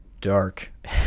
dark